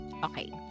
okay